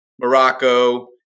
Morocco